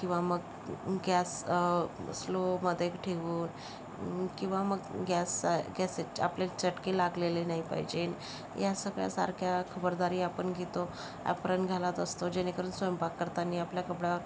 किंवा मग गॅस स्लोमधे ठेवून किंवा मग गॅस आ गॅसे आपल्याल चटके लागलेले नाही पाहिजेल या सगळ्या सारख्या खबरदारी आपण घेतो ॲप्रन घालत असतो जेणेकरून स्वयंपाक करतांनी आपल्या कपड्यावर